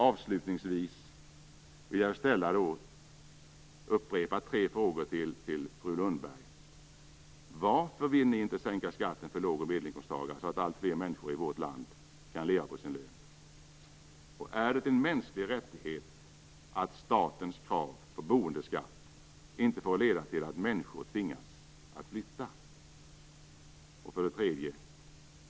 Avslutningsvis vill jag upprepa tre frågor till fru Lundberg: Varför vill ni inte sänka skatten för lågoch medelinkomsttagare, så att alltfler människor i vårt land kan leva på sin lön? Är det en mänsklig rättighet att statens krav på boendeskatt inte får leda till att människor tvingas att flytta?